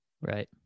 Right